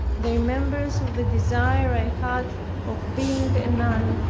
the remembrance of the desire i had of being a nun,